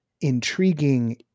intriguing